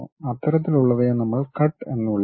അത്തരത്തിലുള്ളവയെ നമ്മൾ കട്ട് എന്ന് വിളിക്കുന്നു